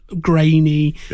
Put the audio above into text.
grainy